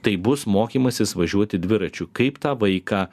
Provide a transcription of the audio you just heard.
tai bus mokymasis važiuoti dviračiu kaip tą vaiką